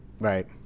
Right